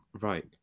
Right